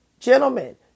Gentlemen